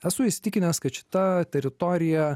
esu įsitikinęs kad šita teritorija